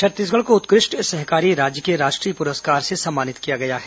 छत्तीसगढ़ को उत्कृष्ट सहकारी राज्य के राष्ट्रीय पुरस्कार से सम्मानित किया गया है